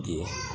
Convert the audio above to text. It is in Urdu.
جی